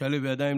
לשלב ידיים,